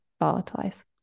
volatilize